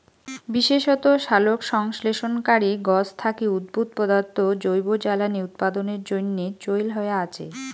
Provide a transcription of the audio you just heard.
বিশেষত সালোকসংশ্লেষণকারী গছ থাকি উদ্ভুত পদার্থ জৈব জ্বালানী উৎপাদনের জইন্যে চইল হয়া আচে